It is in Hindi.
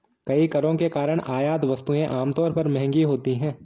कई करों के कारण आयात वस्तुएं आमतौर पर महंगी होती हैं